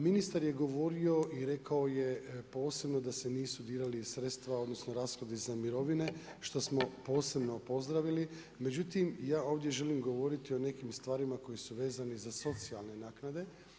Ministar je govorio i rekao je posebno, da se nisu dirali sredstva, odnosno, rashodi za mirovine, što smo posebno pozdravili, međutim, ja ovdje želim govoriti o nekim stvarima koji su vezani za socijalne naknade.